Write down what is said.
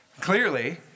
Clearly